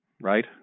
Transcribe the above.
Right